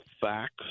facts